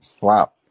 Wow